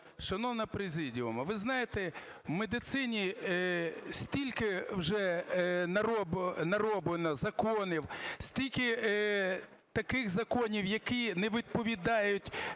шановна президія, ви знаєте, в медицині стільки вже нароблено законів, стільки таких законів, які не відповідають,